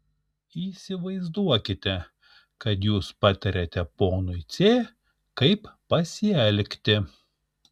įsivaizduokite kad jūs patariate ponui c kaip pasielgti